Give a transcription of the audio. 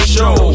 Show